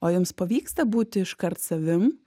o jums pavyksta būti iškart savim